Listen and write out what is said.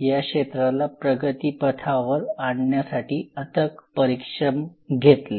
ह्या क्षेत्राला प्रगतिपथावर आणण्यासाठी अथक परिश्रम घेतले